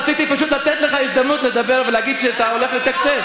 רציתי פשוט לתת לך הזדמנות לדבר ולהגיד שאתה הולך לתקצב.